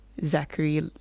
Zachary